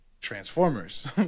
transformers